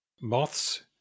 moths